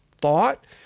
thought